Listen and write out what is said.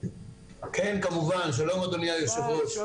שלום, אדוני היושב-ראש.